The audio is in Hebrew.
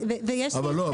ויש סעיפי --- אבל לא,